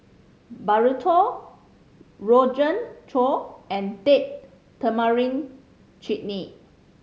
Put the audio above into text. Burrito Rogan and Date Tamarind Chutney